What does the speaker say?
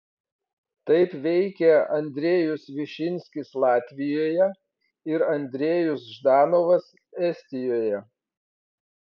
taip veikė andrejus višinskis latvijoje ir andrejus ždanovas estijoje